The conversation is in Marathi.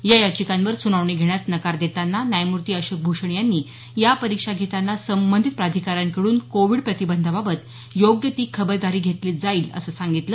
या याचिकांवर सुनावणी घेण्यास नकार देताना न्यायमूर्ती अशोक भूषण यांनी या परीक्षा घेताना संबंधित प्राधिकाऱ्यांकडून कोविड प्रतिबंधाबाबत योग्य ती खबरदारी घेतली जाईल असं सांगितलं